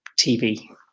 TV